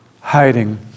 hiding